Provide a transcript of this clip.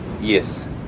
Yes